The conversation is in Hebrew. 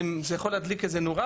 זה יכול להדליק איזו נורה.